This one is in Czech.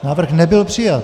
Návrh nebyl přijat.